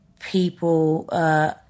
people